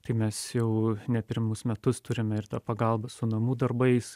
tai mes jau ne pirmus metus turime ir tą pagalbą su namų darbais